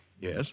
Yes